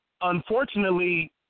unfortunately